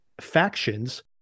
factions